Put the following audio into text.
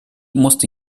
musste